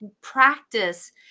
practice